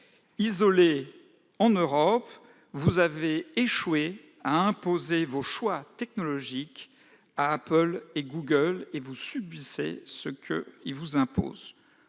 Isolés en Europe, vous avez échoué à imposer vos choix technologiques à Apple et à Google, et vous subissez ce qu'ils vous imposent.